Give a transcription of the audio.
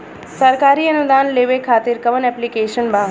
सरकारी अनुदान लेबे खातिर कवन ऐप्लिकेशन बा?